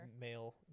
male